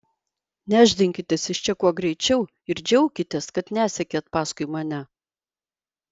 nešdinkitės iš čia kuo greičiau ir džiaukitės kad nesekėt paskui mane